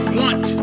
want